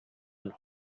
and